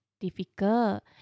difficult